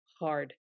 hard